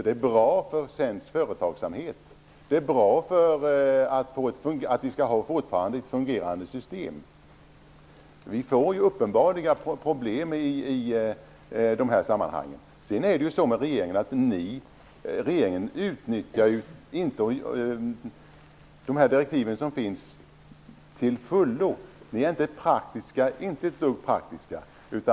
Det är bra för svensk företagsamhet, och det är bra för att vi fortfarande skall kunna ha ett fungerande system. Vi får uppenbarligen problem i de här sammanhangen. Sedan är det så att regeringen inte till fullo utnyttjar de direktiv som finns. Regeringen är inte ett dugg praktisk.